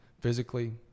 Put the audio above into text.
physically